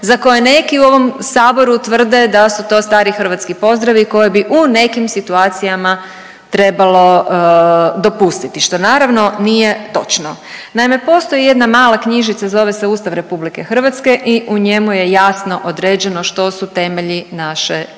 za koje neki u ovom saboru tvrde da su to stari hrvatski pozdravi koje bi u nekim situacijama trebalo dopustiti, što naravno nije točno. Naime, postoji jedna mala knjižica zove se Ustav RH i u njemu je jasno određeno što su temelji naše državnost,